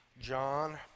John